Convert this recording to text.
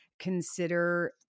Consider